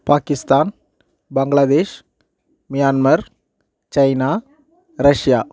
Pakistan Bangladesh Myanmar China Russia